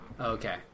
okay